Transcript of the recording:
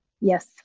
Yes